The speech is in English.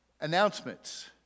Announcements